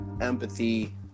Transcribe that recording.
empathy